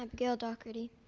um gayle dockerty.